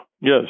Yes